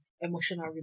emotional